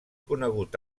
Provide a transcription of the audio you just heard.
conegut